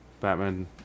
Batman